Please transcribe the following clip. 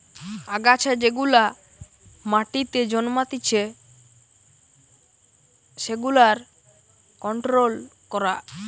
আগাছা যেগুলা মাটিতে জন্মাতিচে সেগুলার কন্ট্রোল করা